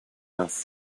das